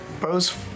Bo's